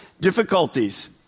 Difficulties